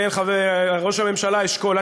ראש הממשלה אשכול,